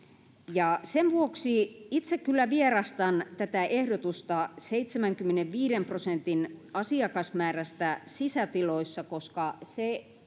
sen vuoksi itse kyllä vierastan tätä ehdotusta seitsemänkymmenenviiden prosentin asiakasmäärästä sisätiloissa koska se